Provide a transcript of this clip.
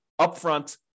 upfront